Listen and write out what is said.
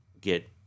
get